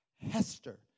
Hester